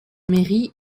mairie